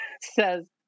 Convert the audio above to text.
says